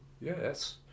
yes